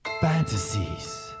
Fantasies